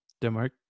Denmark